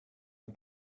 and